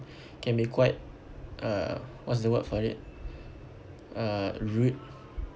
can be quite uh what's the word for it uh rude